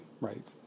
right